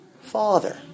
father